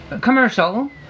commercial